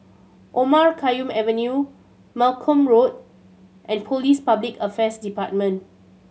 Omar Khayyam Avenue Malcolm Road and Police Public Affairs Department